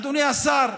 אדוני השר,